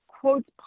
quotes